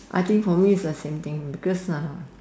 I think for me is the same thing because uh